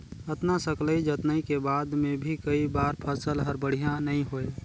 अतना सकलई जतनई के बाद मे भी कई बार फसल हर बड़िया नइ होए